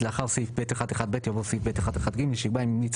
ולאחר סעיף (ב1)(1)(ב) יבוא סעיף (ב1)(1)(ג) שיקבע 'אם המליץ